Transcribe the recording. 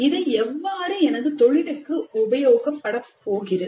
இதை எவ்வாறு எனது தொழிலுக்கு உபயோகப்பட போகிறது